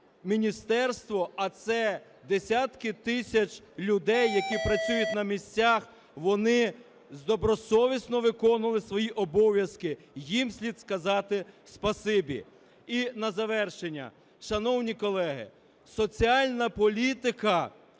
міністерство, а це десятки тисяч людей, які працюють на місцях, вони добросовісно виконували свої обов'язки, їм слід сказати "спасибі". І на завершення. Шановні колеги, соціальна політика